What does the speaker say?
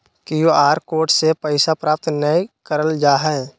Q R code से पैसा प्राप्त नयय करल जा हइ